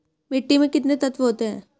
मिट्टी में कितने तत्व होते हैं?